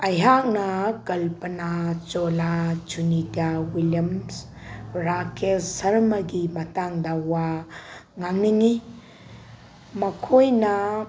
ꯑꯩꯍꯥꯛꯅ ꯀꯜꯄꯅꯥ ꯆꯧꯂꯥ ꯁꯨꯅꯤꯇꯥ ꯋꯤꯜꯂꯤꯌꯝꯁ ꯔꯥꯀꯦꯁ ꯁꯔꯃꯒꯤ ꯃꯇꯥꯡꯗ ꯋꯥ ꯉꯥꯡꯅꯤꯡꯉꯤ ꯃꯈꯣꯏꯅ